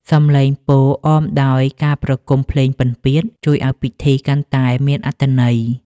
សំឡេងពោលអមដោយការប្រគំភ្លេងពិណពាទ្យ ជួយឱ្យពិធីកាន់តែមានអត្ថន័យ។